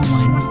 one